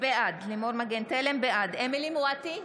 בעד אמילי חיה מואטי,